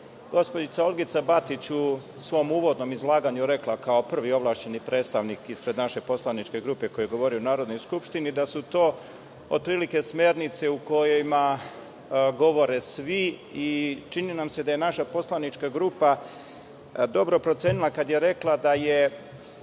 gospođica Olgica Batić u svom uvodnom izlaganju rekla kao prvi ovlašćeni predstavnik ispred naše poslaničke grupe koji govori u Narodnoj skupštini, da su to otprilike smernice u kojima govore svi i čini nam se da je naša poslanička grupa dobro procenila kada je rekla da je